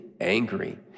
angry